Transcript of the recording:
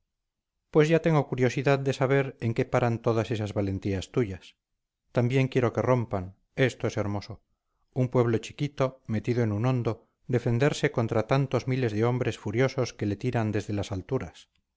pues ya tengo curiosidad de saber en qué paran todas esas valentías tuyas también quiero que rompan esto es hermoso un pueblo chiquito metido en un hondo defenderse contra tantos miles de hombres furiosos que le tiran desde las alturas